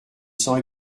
sang